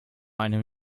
einem